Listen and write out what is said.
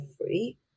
free